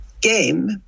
game